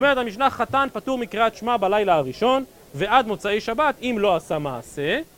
אומרת המשנח חתן פטור מקריאת שמע בלילה הראשון ועד מוצאי שבת, אם לא עשה מעשה.